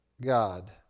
God